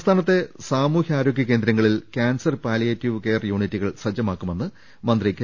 സംസ്ഥാനത്തെ സാമൂഹ്യ ആരോഗ്യ ക്യേന്ദ്രങ്ങളിൽ ക്യാൻസർ പാലിയേറ്റീവ് കെയർ യൂണിറ്റുകൾ സജ്ജമാക്കു മെന്ന് മന്ത്രി കെ